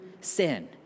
sin